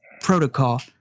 protocol